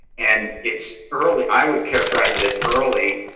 and it's early i would characterize it is early,